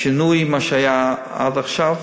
בשינוי ממה שהיה עד עכשיו,